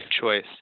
choice